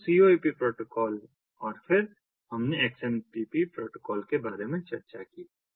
तो CoAP protocol और फिर हमने XMPP प्रोटोकॉल के बारे में चर्चा की है